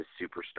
superstar